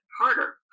harder